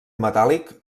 metàl·lic